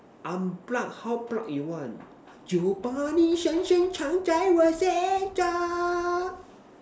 I'm proud how proud you want